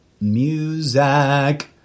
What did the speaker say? music